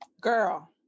Girl